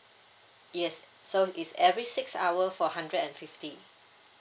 yes so it's every six hour four hundred and fifty